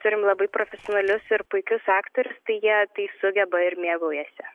turim labai profesionalius ir puikius aktorius tai jie tai sugeba ir mėgaujasi